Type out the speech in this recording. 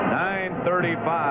9.35